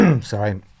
sorry